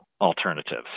alternatives